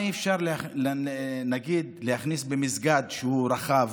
למה אי-אפשר להכניס למסגד שהוא רחב,